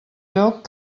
lloc